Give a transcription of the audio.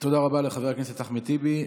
תודה רבה לחבר הכנסת אחמד טיבי.